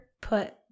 Put